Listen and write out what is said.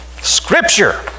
Scripture